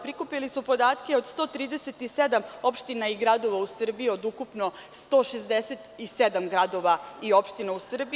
Prikupili su podatke od 137 opština i gradova u Srbiji od ukupno 167 gradova i opština u Srbiji.